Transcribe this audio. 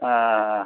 হ্যাঁ হ্যাঁ হ্যাঁ